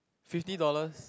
fifty dollars